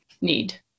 need